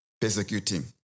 persecuting